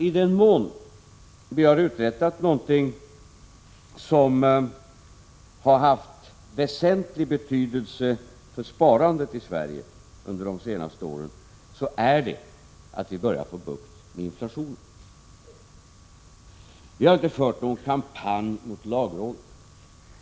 I den mån vi har uträttat någonting som varit till väsentlig nytta för sparandet i Sverige under de senaste åren gäller det att vi får bukt med inflationen. Vi har inte fört någon kampanj mot lagrådet.